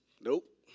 Nope